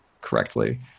correctly